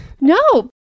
no